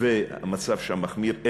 והמצב שם מחמיר,